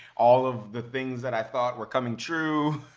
all of the things that i thought were coming true.